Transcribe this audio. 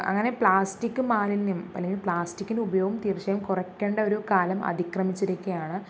അങ്ങനെ പ്ലസ്റ്റിക്ക് മാലിന്യം ഇപ്പം അല്ലെങ്കിൽ പ്ലാസ്റ്റിക്കിൻ്റെ ഉപയോഗം തീർച്ചയായും കുറക്കേണ്ട ഒരു കാലം അതിക്രമിച്ചിരിക്കയാണ്